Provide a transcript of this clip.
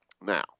Now